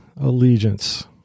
allegiance